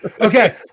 Okay